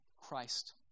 Christ